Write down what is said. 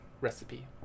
recipe